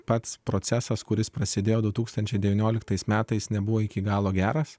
pats procesas kuris prasidėjo du tūkstančiai devynioliktais metais nebuvo iki galo geras